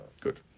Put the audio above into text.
Good